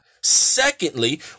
Secondly